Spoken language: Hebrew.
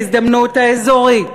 שתראה את ההזדמנות האזורית,